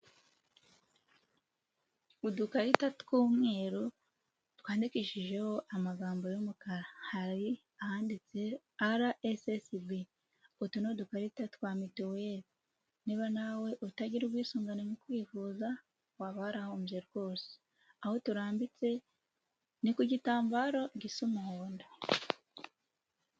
Udukarita tw'umweru, twandikishijeho amagambo y'umukara. Hari ahanditse RSSB utu ni udukarita twa mituweri. Niba nawe utagira ubwisungane mu kwivuza, wabarahombye rwose. Aho turambitse ni ku gitambaro gisa umuhondo.